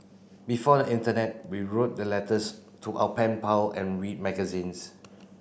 before the internet we wrote the letters to our pen pal and read magazines